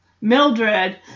Mildred